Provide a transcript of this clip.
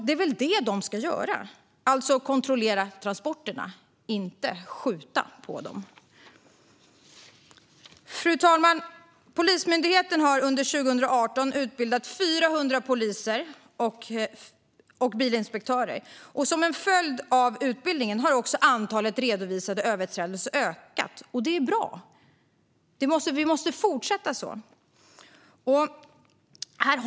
Det är väl det de ska göra, alltså kontrollera transporterna, och inte skjuta på dem. Fru talman! Polismyndigheten har under 2018 utbildat 400 poliser och bilinspektörer. Som en följd av utbildningen har också antalet redovisade överträdelser ökat. Det är bra. Vi måste fortsätta på det sättet.